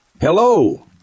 Hello